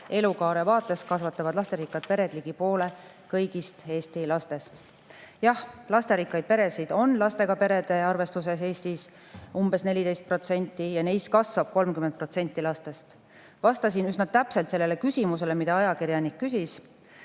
elukaare vaates kasvatavad lasterikkad pered ligi poole kõigist Eesti lastest?" Jah, lasterikkaid peresid on lastega perede arvestuses Eestis umbes 14% ja neis kasvab 30% lastest. Vastasin üsna täpselt sellele küsimusele, mida ajakirjanik küsis.